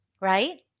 right